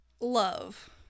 love